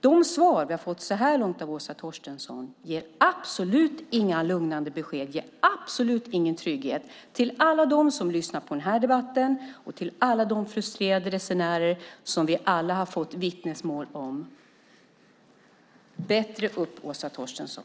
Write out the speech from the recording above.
De svar vi så här långt fått från Åsa Torstensson ger absolut ingen trygghet och absolut inga lugnande besked till alla dem som lyssnar på den här debatten och till alla de frustrerade resenärer från vilka vi alla fått vittnesmål. Bättre upp, Åsa Torstensson!